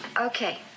okay